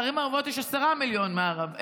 בערבים המעורבות יש 10% מהערבים,